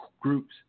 groups